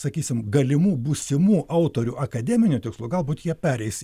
sakysim galimų būsimų autorių akademinių tikslų galbūt jie pereis